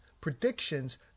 predictions